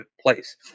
place